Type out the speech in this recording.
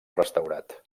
restaurat